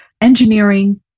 engineering